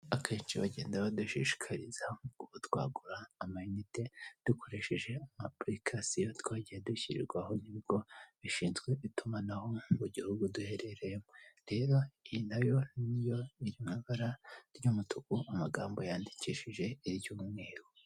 Akenshi bagenda badushishikariza kuba twagura amayinite dukoresheje amapurikasiyo twagiye dushyirwaho n'ibigo bishinzwe itumanaho mu gihugu duherereyemo, rero iyi nayo ni yo iri mu bara ry'umutuku amagambo yandikishije iry'umweru.